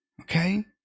Okay